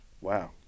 Wow